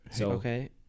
Okay